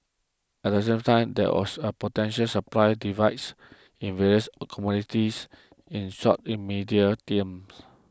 at the same time there also a potential supply devices in various commodities in short in medium games